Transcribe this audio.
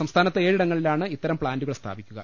സംസ്ഥാനത്ത് ഏഴിടങ്ങളിലാണ് ഇത്തരം പ്ലാന്റുകൾ സ്ഥാപിക്കുക